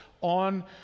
on